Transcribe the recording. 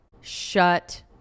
Shut